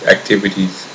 Activities